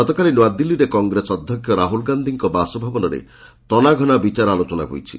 ଗତକାଲି ନୂଆଦିଲ୍ଲୀରେ କଂଗ୍ରେସ ଅଧ୍ୟକ୍ଷ ରାହୁଳ ଗାନ୍ଧିଙ୍କ ବାସଭବନରେ ତନାଘନା ବିଚାର ଆଲୋଚନା ହୋଇଛି